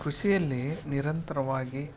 ಕೃಷಿಯಲ್ಲಿ ನಿರಂತರವಾಗಿ